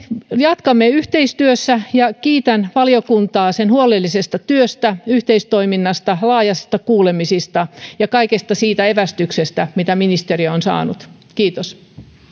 jatkamme yhteistyössä ja kiitän valiokuntaa sen huolellisesta työstä yhteistoiminnasta laajoista kuulemisista ja kaikesta siitä evästyksestä mitä ministeriö on saanut kiitos